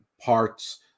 parts